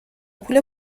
پول